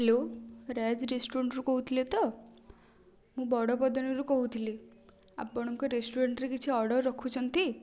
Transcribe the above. hello Raj ରେଷ୍ଟୁରାଣ୍ଟରୁ କହୁଥିଲେ ତ ମୁଁ ବଡ଼ ପଦନରୁ କହୁଥିଲି ଆପଣଙ୍କ ରେଷ୍ଟୁରାଣ୍ଟରେ କିଛି ଅର୍ଡ଼ର ରଖୁଛନ୍ତି